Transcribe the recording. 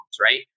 right